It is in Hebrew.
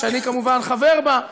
שאני כמובן חבר בה,